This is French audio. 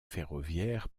ferroviaire